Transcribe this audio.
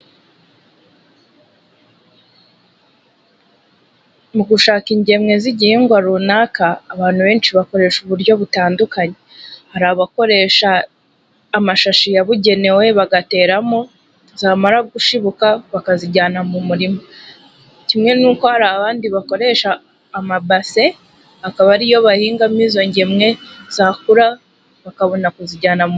Mu gushaka ingemwe z'igihingwa runaka, abantu benshi bakoresha uburyo butandukanye. Hari abakoresha amashashi yabugenewe bagateramo, zamara gushibuka bakazijyana mu murima. Kimwe n'uko hari abandi bakoresha amabase, akaba ariyo bahingamo izo ngemwe zakura bakabona kuzijyana mu...